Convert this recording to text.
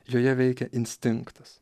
joje veikia instinktas